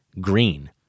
green